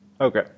Okay